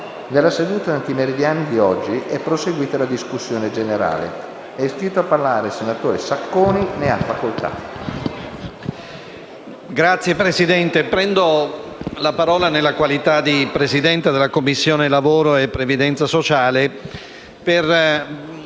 nella seduta antimeridiana è proseguita la discussione generale. È iscritto a parlare il senatore Sacconi. Ne ha facoltà.